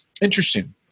interesting